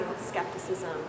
skepticism